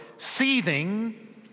seething